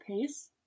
pace